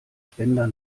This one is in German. spender